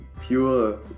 pure